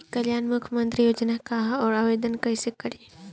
ई कल्याण मुख्यमंत्री योजना का है और आवेदन कईसे करी?